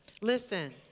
Listen